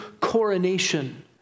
coronation